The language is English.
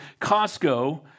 Costco